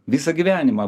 visą gyvenimą